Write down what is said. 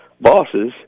bosses